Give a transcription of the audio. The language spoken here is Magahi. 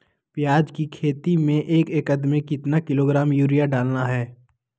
प्याज की खेती में एक एकद में कितना किलोग्राम यूरिया डालना है?